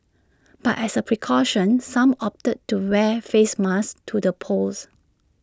but as A precaution some opted to wear face masks to the polls